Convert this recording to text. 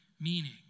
Meaning